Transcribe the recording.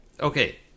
Okay